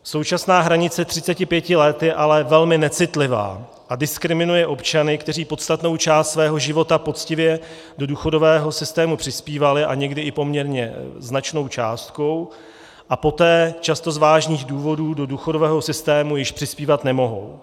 Současná hranice 35 je ale velmi necitlivá a diskriminuje občany, kteří podstatnou část svého života poctivě do důchodového systému přispívali, a někdy i poměrně značnou částkou, a poté často z vážných důvodů do důchodového systému již přispívat nemohou.